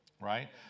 right